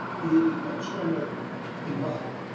the external involvement.